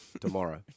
Tomorrow